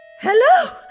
Hello